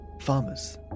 farmers